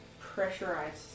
pressurized